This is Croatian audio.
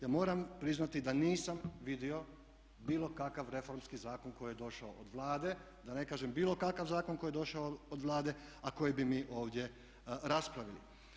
Ja moram priznati da nisam vidio bilo kakav reformski zakon koji je došao od Vlade, da ne kažem bilo kakav zakon koji je došao od Vlade, a koji bi mi ovdje raspravili.